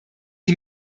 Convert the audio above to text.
die